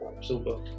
Super